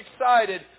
excited